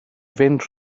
fynd